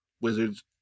Wizards